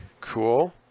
Cool